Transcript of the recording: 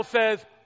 says